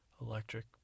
electric